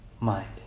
mind